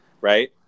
right